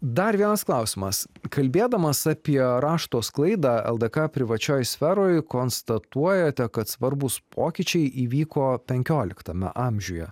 dar vienas klausimas kalbėdamas apie rašto sklaidą ldk privačioj sferoj konstatuojate kad svarbūs pokyčiai įvyko penkioliktame amžiuje